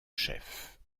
chefs